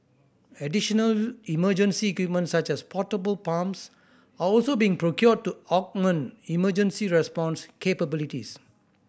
additional emergency equipment such as portable pumps are also being procured to augment emergency response capabilities